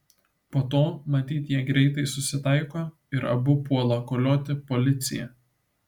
po to matyt jie greitai susitaiko ir abu puola kolioti policiją